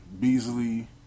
Beasley